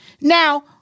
Now